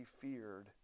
feared